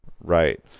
right